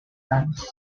annes